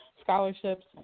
scholarships